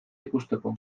ikusteko